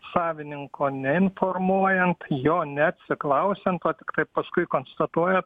savininko neinformuojant jo neatsiklausiant o tiktai paskui konstatuojat